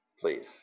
please